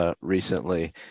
recently